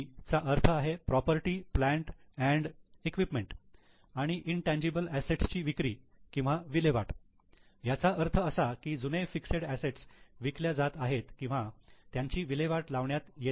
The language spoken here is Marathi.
चा अर्थ आहे property plant and equipment property plant equipment आणि इंटेनजीबल असेट्स ची विक्री किंवा विल्हेवाट याचा अर्थ असा की जुने फिक्सेड असेट्स विकल्या जात आहेत किंवा त्यांची विल्हेवाट लावण्यात येत आहे